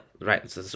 Right